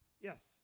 Yes